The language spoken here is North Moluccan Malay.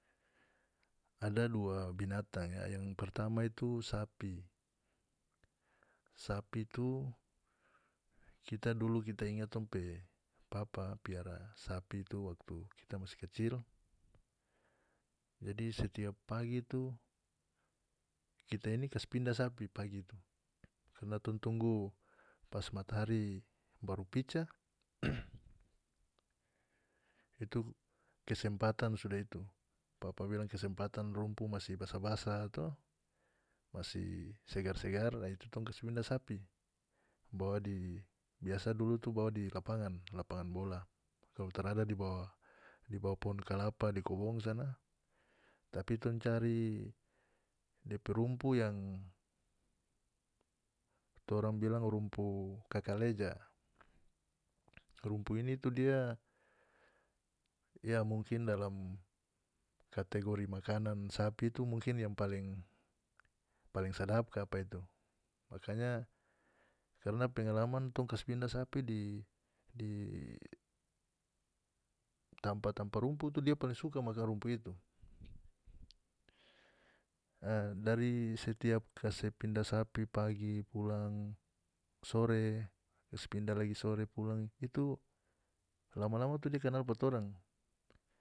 Ada dua bintang ya yang pertama itu sapi sapi itu kita dulu kita inga tong pe papa piara sapi tuh waktu kita mas kacil jadi setiap pagi tuh kita ini kas pindah sapi pagi tuh karna tong tunggu pas matahari baru pica itu kesempatan sudah itu papa bilang kesempatan rumpu masih basa-basa toh masih segar-segar a itu tong kase pindah sapi bawa di biasa dulu bawa di lapangan lapangan bola kalu tarada di bawa pohon kalapa di kobong sana tapi tong cari depe rumpu yang torang bilang rumpu kakaleja rumpu ini tuh dia ya mungkin dalam kategori makanan sapi itu mungkin yang paling sadap kapa itu makanya karna pengalaman tong kas pindah sapi di di tampa-tampa rumpu tuh dia paling suka makan rumpu itu a dari setiap kase pindah sapi pagi pulang sore kas pindah lagi sore pulang itu lama-lama tuh dia kanal pa torang.